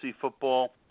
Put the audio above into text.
football